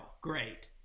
Great